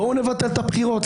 בואו נבטל את הבחירות.